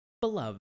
beloved